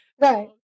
right